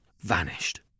vanished